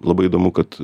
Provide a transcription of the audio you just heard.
labai įdomu kad